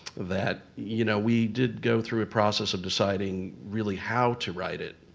that you know we did go through a process of deciding really how to write it.